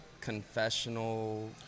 confessional